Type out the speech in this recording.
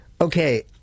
Okay